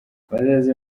bazaze